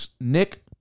nick